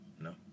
No